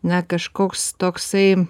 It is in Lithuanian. na kažkoks toksai